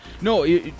No